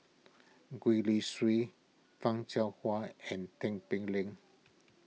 Gwee Li Sui Fan Shao Hua and Tin Pei Ling